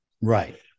right